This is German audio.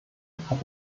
hat